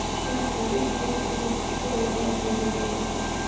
सरकारी बॉन्ड पर निश्चित ब्याज दर दीहल जाला